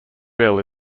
bill